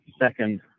second